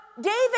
David